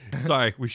Sorry